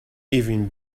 even